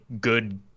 good